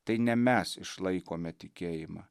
tai ne mes išlaikome tikėjimą